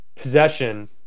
possession